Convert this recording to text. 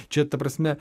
čia ta prasme